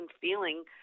feeling